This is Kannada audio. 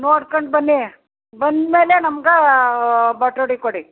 ನೋಡ್ಕಂಡು ಬನ್ನಿ ಬಂದ ಮೇಲೆ ನಮ್ಗೆ ಬಟ್ವಾಡೆ ಕೊಡಿ